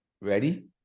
ready